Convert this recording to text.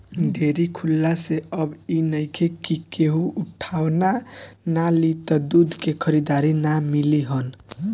dairy खुलला से अब इ नइखे कि केहू उठवाना ना लि त दूध के खरीदार ना मिली हन